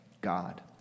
God